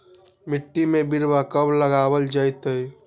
मिट्टी में बिरवा कब लगवल जयतई?